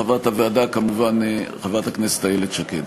חברת הוועדה כמובן היא חברת הכנסת איילת שקד.